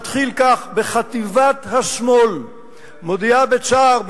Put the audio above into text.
מתחיל כך: חטיבת השמאל מודיעה בצער,